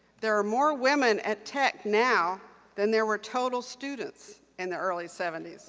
there are more women at tech now than there were total students in the early seventy